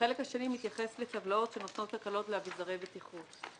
והחלק השני מתייחס לטבלאות שנותנות הקלות לאביזרי בטיחות.